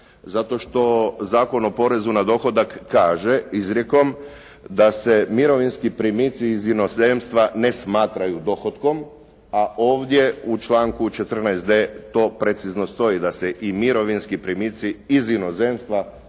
zato što Zakon o porezu na dohodak kaže izrijekom da se mirovinski primici iz inozemstva ne smatraju dohotkom a ovdje u članku 14.d to precizno stoji da se i mirovinski primici iz inozemstva smatraju